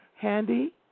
handy